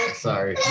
sorry,